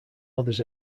others